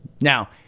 Now